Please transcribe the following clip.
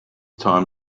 time